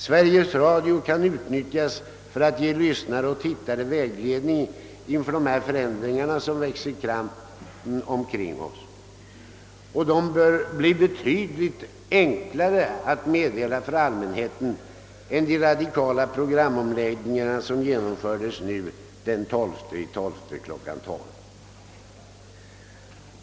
Sveriges Radio kan utnyttjas för att ge lyssnare och tittare vägledning inför de förändringar som växer fram omkring oss. Dessa bör vara betydligt enklare att meddela allmänheten än de radikala programomläggningar, som genomfördes den 12/12 kl. 12.